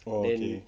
oh okay